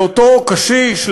לאותו קשיש,